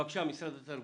בבקשה, משרד התרבות.